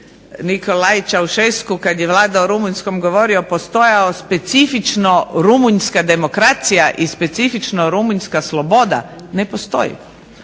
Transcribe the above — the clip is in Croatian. Nikolaej Ceausescu kada je vladao Rumunjskom govorio postojao specifično rumunjska demokracija i specifično rumunjska sloboda ne postoji.